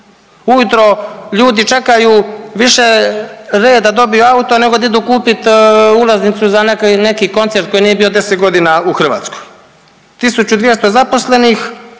Ujutro ljudi čekaju više red da dobiju auto nego da idu kupit ulaznicu za neki, neki koncert koji nije bio 10 godina u Hrvatskoj. 1.200 zaposlenih